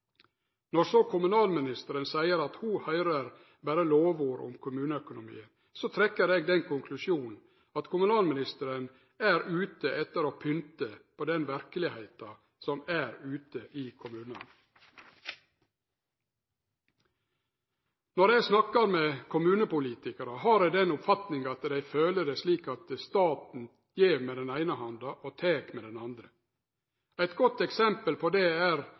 Når så kommunalministeren seier at ho høyrer berre lovord om kommuneøkonomien, trekkjer eg den konklusjonen at kommunalministeren er ute etter å pynte på den verkelegheita som er ute i kommunane. Når eg snakkar med kommunepolitikarar, har eg den oppfatninga at dei føler det slik at staten gjev med den eine handa og tek med den andre. Eit godt eksempel på det er